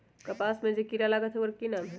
कपास में जे किरा लागत है ओकर कि नाम है?